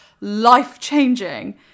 life-changing